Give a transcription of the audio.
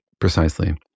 Precisely